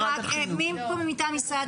מי פה מטעם משרד החינוך?